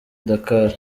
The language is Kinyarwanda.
dakar